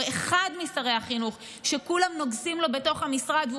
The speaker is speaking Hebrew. הוא אחד משרי החינוך וכולם נוגסים לו בתוך המשרד,